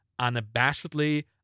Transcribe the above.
unabashedly